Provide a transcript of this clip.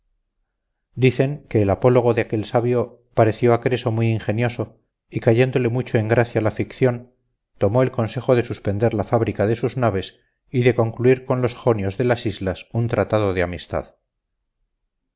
dicen que el apólogo de aquel sabio pareció a creso muy ingenioso y cayéndole mucho en gracia la ficción tomó el consejo de suspender la fábrica de sus naves y de concluir con los jonios de las islas un tratado de amistad